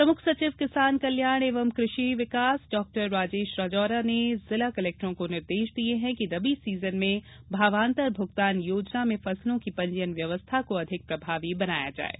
प्रमुख सचिव किसान कल्याण एवं कृषि विकास डॉ राजेश राजौरा ने जिला कलेक्टरों को निर्देश दिए हैं कि रबी सीजन में भावान्तर भुगतान योजना में फसलों की पंजीयन व्यवस्था को अधिक प्रभावी बनाएं